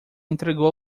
entregou